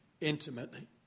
intimately